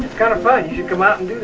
kind of fun. you should come out and